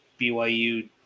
BYU